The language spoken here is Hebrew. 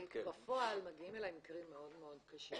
בפועל מגיעים אלי מקרים מאוד מאוד קשים